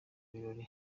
birori